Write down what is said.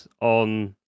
on